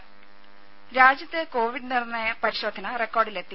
രുമ രാജ്യത്ത് കോവിഡ് നിർണ്ണയ പരിശോധന റെക്കോർഡിലെത്തി